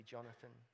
Jonathan